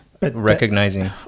recognizing